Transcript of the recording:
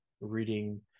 reading